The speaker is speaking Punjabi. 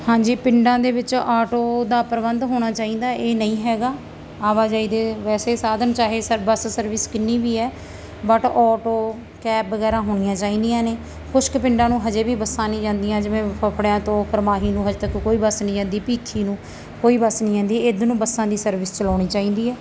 ਹਾਂਜੀ ਪਿੰਡਾਂ ਦੇ ਵਿੱਚ ਆਟੋ ਦਾ ਪ੍ਰਬੰਧ ਹੋਣਾ ਚਾਹੀਦਾ ਇਹ ਨਹੀਂ ਹੈਗਾ ਆਵਾਜਾਈ ਦੇ ਵੈਸੇ ਸਾਧਨ ਚਾਹੇ ਸ ਬਸ ਸਰਵਿਸ ਕਿੰਨੀ ਵੀ ਹੈ ਬਟ ਆਟੋ ਕੈਬ ਵਗੈਰਾ ਹੋਣੀਆਂ ਚਾਹੀਦੀਆਂ ਨੇ ਕੁਛ ਕੁ ਪਿੰਡਾਂ ਨੂੰ ਅਜੇ ਵੀ ਬੱਸਾਂ ਨਹੀਂ ਜਾਂਦੀਆਂ ਜਿਵੇਂ ਫਫੜਿਆਂ ਤੋਂ ਫਰਮਾਹੀ ਨੂੰ ਹਜੇ ਤੱਕ ਕੋਈ ਬਸ ਨਹੀਂ ਜਾਂਦੀ ਭਿੱਖੀ ਨੂੰ ਕੋਈ ਬਸ ਨਹੀਂ ਜਾਂਦੀ ਇੱਧਰ ਨੂੰ ਬੱਸਾਂ ਦੀ ਸਰਵਿਸ ਚਲਾਉਣੀ ਚਾਹੀਦੀ ਹੈ